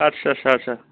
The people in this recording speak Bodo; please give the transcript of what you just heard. आटसा आटसा सा